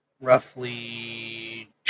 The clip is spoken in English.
roughly